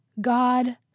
God